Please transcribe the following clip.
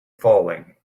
falling